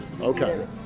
Okay